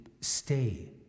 stay